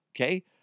okay